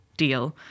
deal